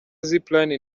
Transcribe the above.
zipline